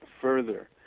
further